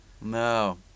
No